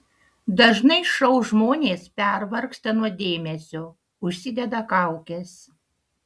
dažnai šou žmonės pervargsta nuo dėmesio užsideda kaukes